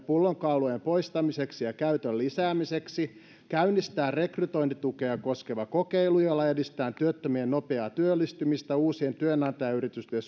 pullonkaulojen poistamiseksi ja käytön lisäämiseksi käynnistetään rekrytointitukea koskeva kokeilu jolla edistetään työttömien nopeaa työllistymistä uusien työnantajayritysten